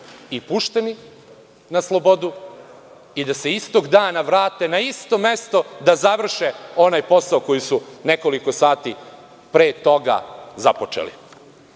i pušteni na slobodu i da se istog dana vrate na isto mesto da završe onaj posao koji su nekoliko sati pre toga započeli. Srpska